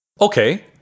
Okay